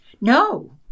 No